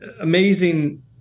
amazing